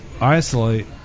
isolate